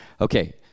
okay